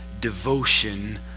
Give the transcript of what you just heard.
devotion